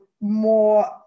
more